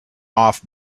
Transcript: off